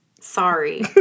Sorry